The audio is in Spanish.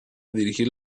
dirigir